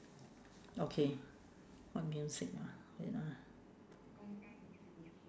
okay what music ah wait ah